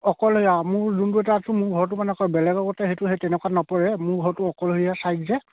অকলশৰীয়া অঁ মোৰ যোনটো এতিয়া আছো মোৰ ঘৰটো মানে কয় বেলেগৰ গতে সেইটো সেই তেনেকুৱাত নপৰে মোৰ ঘৰটো অকলশৰীয়া চাইড যে